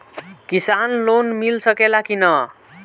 किसान लोन मिल सकेला कि न?